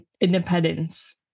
Independence